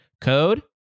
Code